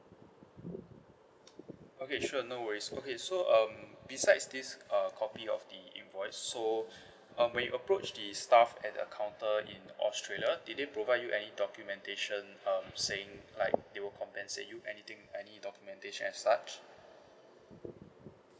okay sure no worries okay so um besides this uh copy of the invoice so um when you approach the staff at the counter in australia did they provide you any documentation um saying like they will compensate you if anything any documentation as such